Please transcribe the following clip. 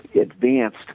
advanced